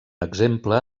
exemple